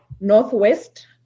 Northwest